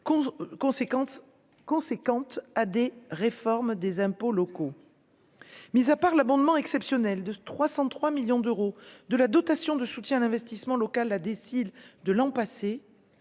conséquentes à des réformes des impôts locaux, mise à part l'abondement exceptionnel de 303 millions d'euros de la dotation de soutien à l'investissement local a décide de l'an passé